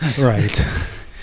right